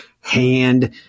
hand